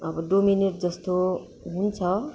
अब डोमिनेट जस्तो हुन्छ